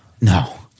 no